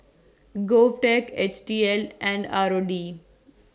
Govtech H T L and R O D